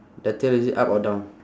the tail is it up or down